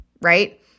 right